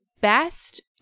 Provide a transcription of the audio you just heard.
best